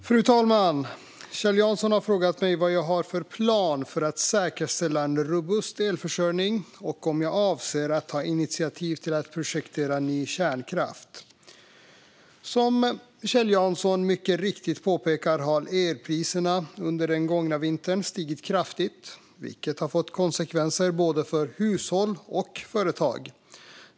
Fru talman! Kjell Jansson har frågat mig vad jag har för plan för att säkerställa en robust elförsörjning och om jag avser att ta initiativ till att projektera ny kärnkraft. Som Kjell Jansson mycket riktigt påpekar har elpriserna under den gångna vintern stigit kraftigt, vilket har fått konsekvenser både för hushåll och för företag.